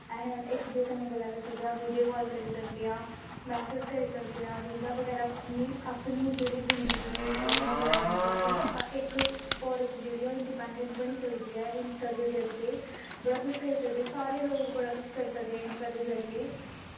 अस इक दुए कन्नै गल्लां करी सकदे आं वीडियो कॉल करी सकदे आं मैसेज़ करी सकदे आं रीलां बगैरा अपनी जेह्ड़ी जिन्दगी दी ओह् होंदी ऐ मतलब कि इक औरत जेह्ड़ी ऐ ओह् इंडिपैंडैंट बनी सकदी ऐ इंस्टा दे जरिये बड़ा कुछ करी सकदी ऐ सारे लोग बड़ा कुछ करी सकदे इंस्टा दे जरिये